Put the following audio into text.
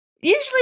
usually